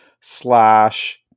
slash